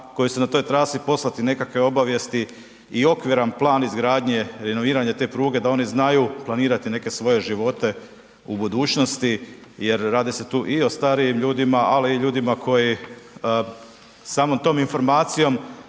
koji su na toj trasi poslati nekakve obavijesti i okviran plan izgradnje, renoviranje te pruge da oni znaju planirati neke svoje živote u budućnosti jer radi se tu i o starijim ljudima, ali i ljudima koji samom tom informacijom